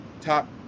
top